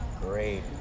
Great